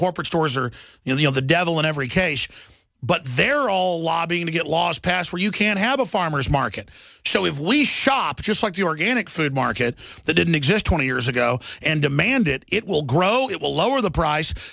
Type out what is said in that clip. corporate stores are in the all the devil in every case but they're all lobbying to get laws passed where you can have a farmer's market so if we shop just like the organic food market that didn't exist twenty years ago and demand it it will grow it will lower the price